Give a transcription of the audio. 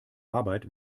arbeit